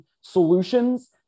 solutions